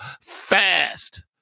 Fast